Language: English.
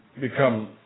become